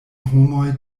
homoj